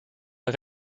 the